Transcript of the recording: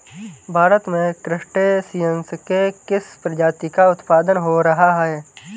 भारत में क्रस्टेशियंस के किस प्रजाति का उत्पादन हो रहा है?